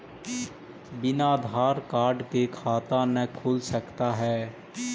बिना आधार कार्ड के खाता न खुल सकता है?